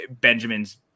Benjamin's